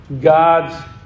God's